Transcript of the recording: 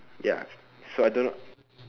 ya so I don't know